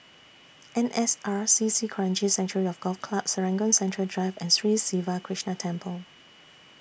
N S R C C Kranji Sanctuary of Golf Club Serangoon Central Drive and Sri Siva Krishna Temple